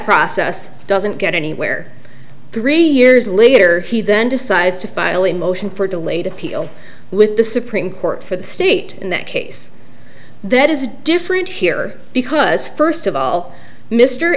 process doesn't get anywhere three years later he then decides to file a motion for delayed appeal with the supreme court for the state in that case that is different here because first of all mr